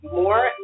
more